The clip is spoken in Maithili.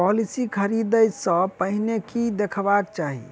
पॉलिसी खरीदै सँ पहिने की देखबाक चाहि?